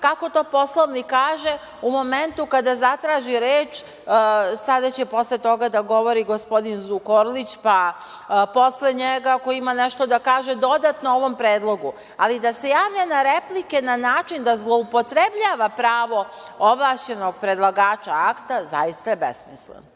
kako to Poslovnik kaže, u momentu kada zatraži reč, sada će posle toga da govori gospodin Zukorlić, pa posle njega, ako ima nešto da kaže dodatno ovom predlogu, ali da se javlja na replike na način da zloupotrebljava pravo ovlašćenog predlagača akta, zaista je besmisleno.